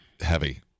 heavy